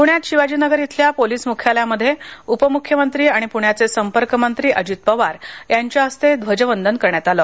पुण्यात शिवाजीनगर इथल्या पोलिस मुख्यालयामध्ये उपमुख्यमंत्री आणि पुण्याचे संपर्कमंत्री अजित पवार यांच्या हस्ते ध्वजवंदन करण्यात आलं